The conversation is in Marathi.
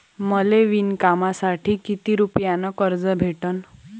मले विणकामासाठी किती रुपयानं कर्ज भेटन?